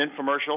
infomercial